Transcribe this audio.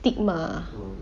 stigma